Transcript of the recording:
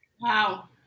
Wow